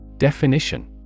Definition